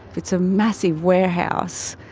it's a massive warehouse